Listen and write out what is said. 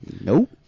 Nope